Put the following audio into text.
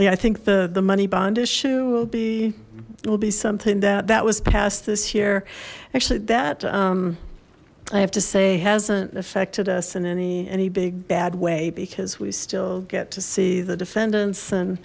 down i think the the money bond issue will be will be something that that was passed this year actually that i have to say hasn't affected us in any any big bad way because we still get to see the defendants and